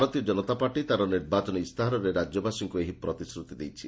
ଭାରତୀୟ ଜନତା ପାର୍ଟି ତାର ନିର୍ବାଚନୀ ଇସ୍ତାହାରରେ ରାଜ୍ୟବାସୀଙ୍କୁ ଏହି ପ୍ରତିଶ୍ରତି ଦେଇଛି